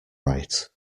right